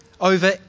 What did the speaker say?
over